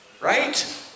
right